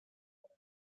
gonna